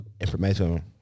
information